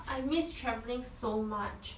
I miss traveling so much